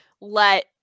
let